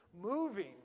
moving